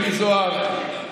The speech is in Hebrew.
מיקי זוהר,